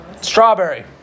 Strawberry